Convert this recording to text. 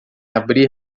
abrir